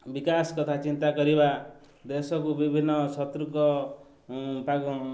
ବିକାଶ କଥା ଚିନ୍ତା କରିବା ଦେଶକୁ ବିଭିନ୍ନ ଶତ୍ରୁକାଗ